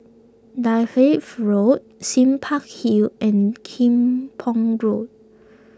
Dalkeith Road Sime Park Hill and Kim Pong Road